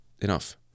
enough